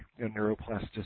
neuroplasticity